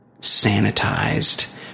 sanitized